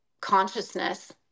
consciousness